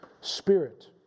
spirit